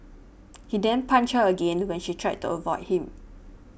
he then punched her again when she tried to avoid him